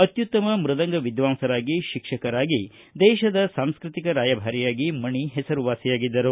ಅತ್ಯುತ್ತಮ ಮೃದಂಗ ವಿದ್ವಾಂಸರಾಗಿ ಶಿಕ್ಷಕರಾಗಿ ದೇಶದ ಸಾಂಸ್ಕೃತಿಕ ರಾಯಬಾರಿಯಾಗಿ ಮಣಿ ಹೆಸರು ವಾಸಿಯಾಗಿದ್ದರು